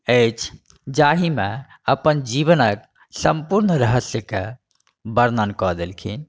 अछि जाहिमे अपन जीवनके सम्पुर्ण रहस्यके वर्णन कऽ देलखिन